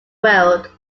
world